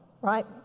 right